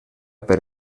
per